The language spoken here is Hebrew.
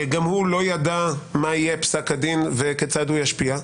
גם הוא לא ידע מה יהיה פסק הדין וכיצד הוא ישפיע.